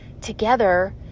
together